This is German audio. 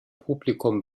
publikum